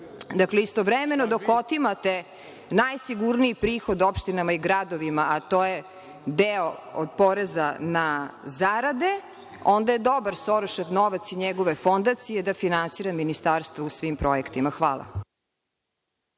istovremeno dok otimate najsigurniji prihod opštinama i gradovima, a to je deo od poreza na zarade, onda je dobar Sorošev novac i njegove fondacije da finansira Ministarstvo u svim projektima. Hvala.